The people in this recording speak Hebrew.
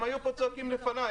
הם היו פה צועקים לפניי,